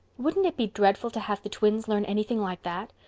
wouldn't it be dreadful to have the twins learn anything like that?